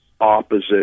opposite